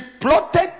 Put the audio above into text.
plotted